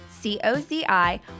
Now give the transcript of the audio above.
c-o-z-i